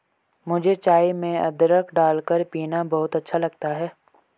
मुझे चाय में अदरक डालकर पीना बहुत अच्छा लगता है